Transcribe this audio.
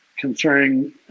concerning